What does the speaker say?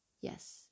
Yes